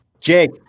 Jake